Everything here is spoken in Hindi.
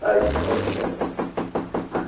अच्छा अच्छा हाँ